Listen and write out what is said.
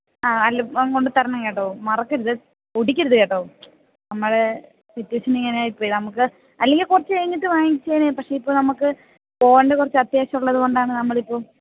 ആ അല്ല അപ്പം കൊണ്ട് തരണം കേട്ടോ മറക്കരുത് ഓട്ടിക്കരുത് കേട്ടോ നമ്മുടെ സിറ്റുവേഷൻ ഇങ്ങനായി പോയി നമുക്ക് അല്ലെങ്കിൽ കുറച്ച് കഴിഞ്ഞിട്ട് വാങ്ങിച്ചെനെ പക്ഷേ ഇപ്പോൾ നമുക്ക് പോകേണ്ട കുറച്ച് അത്യാവശ്യം ഉള്ളത് കൊണ്ടാണ് നമ്മൾ ഇപ്പം